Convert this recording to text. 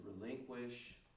relinquish